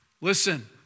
Listen